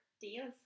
Deals